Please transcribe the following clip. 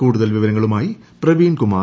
കൂടുതൽ വിവരങ്ങളുമായി പ്രവീൺ കുമാർ